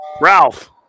Ralph